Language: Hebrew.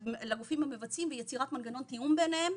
המבצעים ויצירת מנגנון תיאום ביניהם.